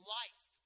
life